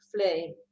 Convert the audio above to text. flame